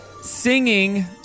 singing